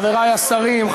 חברי השרים,